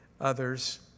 others